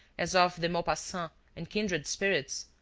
as of de maupassant and kindred spirits,